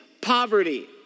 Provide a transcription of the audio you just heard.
poverty